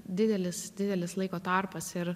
didelis didelis laiko tarpas ir